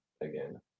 again